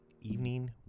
evening